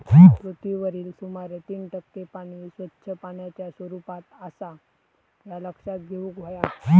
पृथ्वीवरील सुमारे तीन टक्के पाणी स्वच्छ पाण्याच्या स्वरूपात आसा ह्या लक्षात घेऊन हव्या